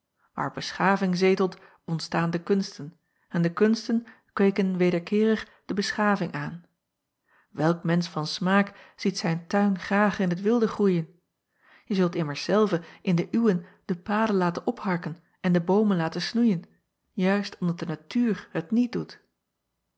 aar beschaving zetelt ontstaan de kunsten en de kunsten kweeken wederkeerig de beschaving aan elk mensch van smaak ziet zijn tuin graag in het wilde groeien e zult immers zelve in den uwen de paden laten opharken en de boomen laten snoeien juist omdat de natuur het niet doet